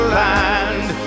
land